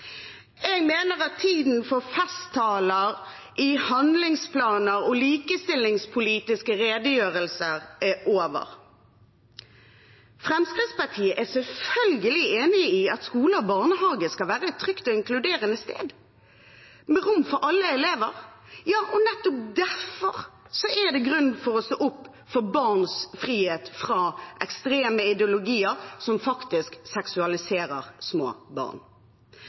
mener at tiden for festtaler i handlingsplaner og likestillingspolitiske redegjørelser er over. Fremskrittspartiet er selvfølgelig enig i at skole og barnehage skal være et trygt og inkluderende sted med rom for alle elever. Nettopp derfor er det grunn for å stå opp for barns frihet fra ekstreme ideologier, som faktisk seksualiserer små barn.